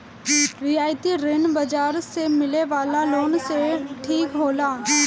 रियायती ऋण बाजार से मिले वाला लोन से ठीक होला